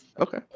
Okay